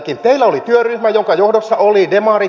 teillä oli työryhmä jonka johdossa oli demari